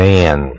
Man